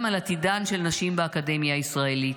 על עתידן של נשים באקדמיה הישראלית.